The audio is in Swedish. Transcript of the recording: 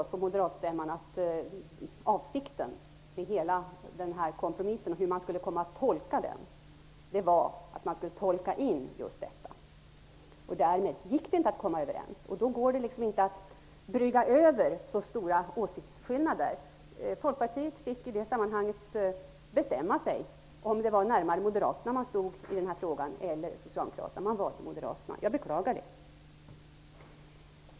Genom moderatstämman fick vi klart för oss att avsikten med kompromissen var att man skulle tolka in detta. Därmed gick det inte att komma överens. Det går inte att brygga över så stora åsiktsskillnader. Folkpartiet fick i det sammanhanget bestämma sig för om man stod närmare Moderaterna eller Socialdemokraterna i den här frågan. Man valde Moderaterna. Jag beklagar det.